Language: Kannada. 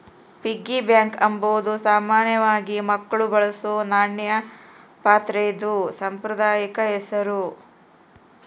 ಪಿಗ್ಗಿ ಬ್ಯಾಂಕ್ ಅಂಬಾದು ಸಾಮಾನ್ಯವಾಗಿ ಮಕ್ಳು ಬಳಸೋ ನಾಣ್ಯ ಪಾತ್ರೆದು ಸಾಂಪ್ರದಾಯಿಕ ಹೆಸುರು